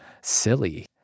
silly